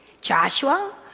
Joshua